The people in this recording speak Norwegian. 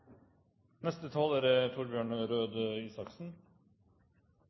Neste taler er